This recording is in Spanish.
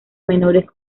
menores